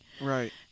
Right